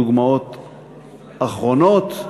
דוגמאות אחרות.